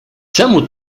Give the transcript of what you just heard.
czemu